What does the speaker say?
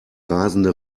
rasende